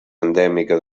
endèmica